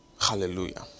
hallelujah